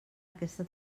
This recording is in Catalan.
aquesta